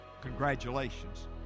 congratulations